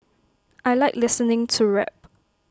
I Like listening to rap